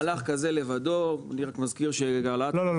מהלך כזה לבדו אני רק מזכיר שהעלאת קנסות --- לא,